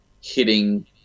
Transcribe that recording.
hitting